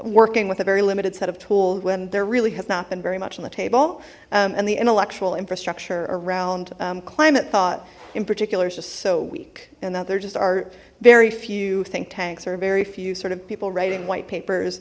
working with a very limited set of tool when there really has not been very much on the table and the intellectual infrastructure around climate thought in particular is just so weak and that there just are very few think tanks or very few sort of people writing white papers